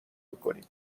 میکنیم